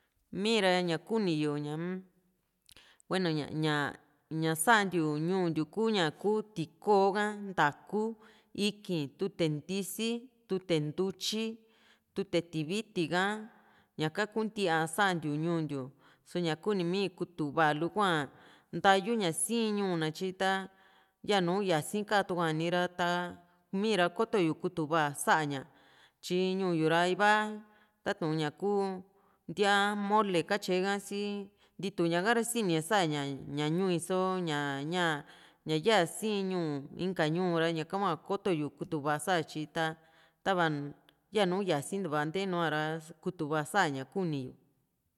mii ra ña kuni yu ña-m bueno ña ña ña santiu ñuu ntiu ku ñaku tiko ka, ntaa´ku, ikii´n ntisi, tute ntutyi, tute tiviti ka, ñaka kuntia sa´antiu ñuu ntiu so´ña kuni mii kutuva lu´hua ntayu ña sii ñuu na tyi ta yanu yasi kaa tua´ni ra ta mii ra koto yu kutuva sa´ña tyi ñuu yu ra ivaa ta´tun ña ku ntíaa mole katyee ha´si ntiituña ka ra sini´a sa´ña ña ñuu i´so ña ña ña yaa sii ñuu inka ñuu ra ñaka hua kotoi kutu va sa´a tyi ta tava yanu yasintuva ntee nuára kutuva sa´ña kuni yu